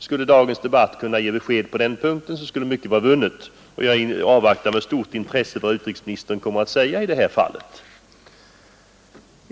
Skulle dagens debatt kunna ge besked på den punkten, skulle mycket vara vunnet, och jag avvaktar med stort intresse vad utrikesministern kommer att säga i det fallet. "